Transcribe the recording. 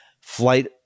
Flight